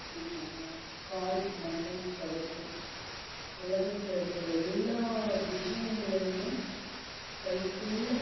இன்றைக்கி நம்ம call message தவிர்த்து உலகத்தில் இருக்க எல்லா விஷயங்களையுமே கைக்குள்ளே